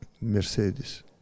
Mercedes